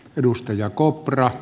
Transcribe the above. edustaja kopra